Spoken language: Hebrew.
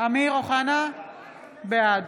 בעד